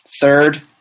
Third